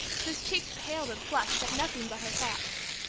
whose cheeks paled and flushed at nothing but her thoughts,